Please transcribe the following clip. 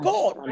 God